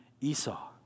Esau